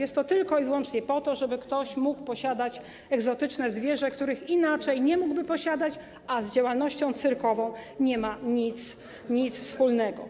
Jest to tylko i wyłącznie po to, żeby ktoś mógł posiadać egzotyczne zwierzę, którego inaczej nie mógłby posiadać, a z działalnością cyrkową nie ma to nic wspólnego.